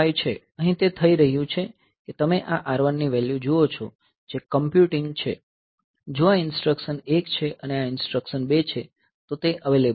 અહિ તે થઈ રહ્યું છે કે તમે આ R1ની વેલ્યુ જુઓ છો જે કમ્પ્યુટિંગ છે જો આ ઈન્સ્ટ્રકશન 1 છે અને આ ઈન્સ્ટ્રકશન 2 છે તો તે અવેલેબલ છે